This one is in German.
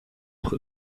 noch